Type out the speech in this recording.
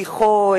שליחו,